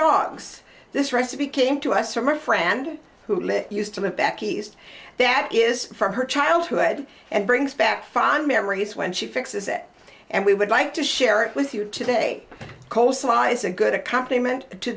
dogs this recipe came to us from a friend who lives used to live back east that is from her childhood and brings back fond memories when she fixes it and we would like to share it with you today coleslaw is a good accompaniment to